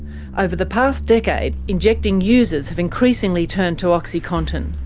over the past decade, injecting users have increasingly turned to oxycontin.